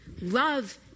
Love